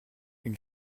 une